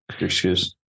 excuse